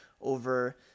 over